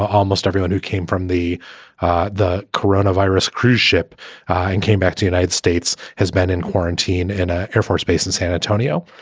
almost everyone who came from the the coronavirus cruise ship and came back to the united states has been in quarantine in a air force base in san antonio.